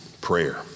prayer